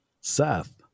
Seth